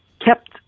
kept